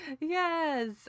yes